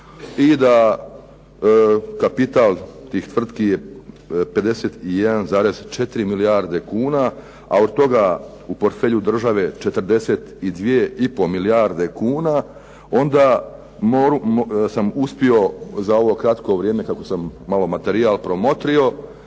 i da kapital tih tvrtki je 51,4 milijarde kuna, a od toga u portfelju države 42,5 milijarde kuna onda sam uspio za ovo kratko vrijeme kako sam malo materijal promotrio,